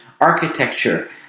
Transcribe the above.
architecture